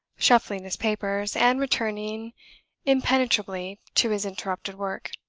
shuffling his papers, and returning impenetrably to his interrupted work.